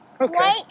Okay